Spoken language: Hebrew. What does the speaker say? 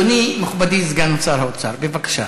אדוני, מכובדי סגן שר האוצר, בבקשה.